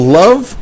love